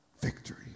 victory